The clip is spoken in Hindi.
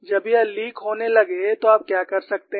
जब यह लीक होने लगे तो आप क्या कर सकते हैं